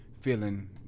feeling